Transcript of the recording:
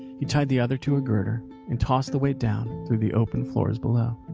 he tied the other to a girder and tossed the weight down through the open floors below.